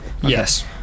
Yes